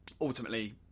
ultimately